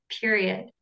period